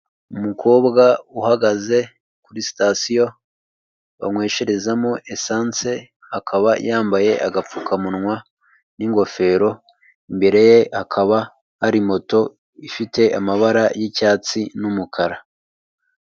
Umukobwa uhagaze kuri sitasiyo banywesherezamo esanse, akaba yambaye agapfukamunwa n'ingofero, imbere ye hakaba hari moto ifite amabara y'icyatsi n'umukara.